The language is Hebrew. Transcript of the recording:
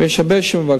אבל יש הרבה שמבקשים.